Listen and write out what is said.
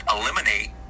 eliminate